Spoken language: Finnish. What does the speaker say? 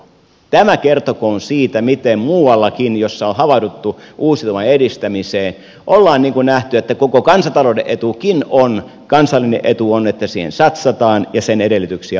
tämä kertokoon siitä miten muuallakin jossa on havahduttu uusiutuvan edistämiseen on nähty että koko kansantalouden etu on kansallinen etu on että siihen satsataan ja sen edellytyksiä parannetaan